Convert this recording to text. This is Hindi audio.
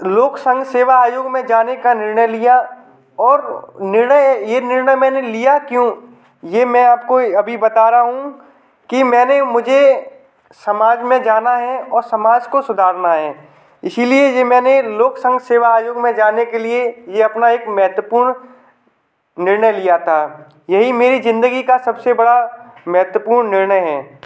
लोक संघ सेवा आयोग में जाने का निर्णय लिया और निर्णय ये निर्णय मैंने लिया क्यूँ ये मैं आपको अभी बता रहा हूँ कि मैंने मुझे समाज में जाना है और समाज को सुधारना है इसीलिए ये मैंने लोक संघ सेवा आयोग में जाने के लिए यह अपना एक महत्वपूर्ण निर्णय लिया था यही मेरी जिंदगी का सबसे बड़ा महत्वपूर्ण निर्णय है